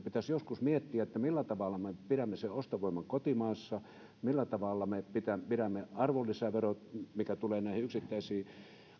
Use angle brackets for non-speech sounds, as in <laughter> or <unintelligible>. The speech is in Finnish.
<unintelligible> pitäisi joskus miettiä millä tavalla me pidämme sen ostovoiman kotimaassa millä tavalla me pidämme arvonlisäverot mitä tulee näihin yksittäisiin